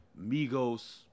Migos